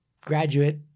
graduate